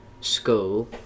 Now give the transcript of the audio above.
school